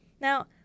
Now